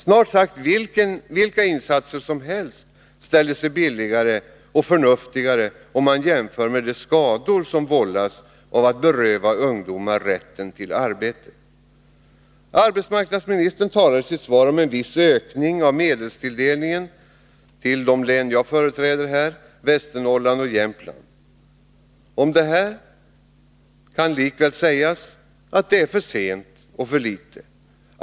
Snart sagt vilka insatser som helst ställer sig billigare och förnuftigare, om man jämför med de skador som vållas av att man berövar ungdomar rätten till arbete. Arbetsmarknadsministern talar i sitt svar om en viss ökning av medelstilldelningen till de län jag förträder här, nämligen Västernorrlands län och Jämtlands län. Om den ökningen kan sägas att den kommit för sent och att den är för liten.